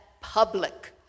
public